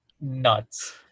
nuts